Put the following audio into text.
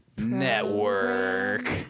NETWORK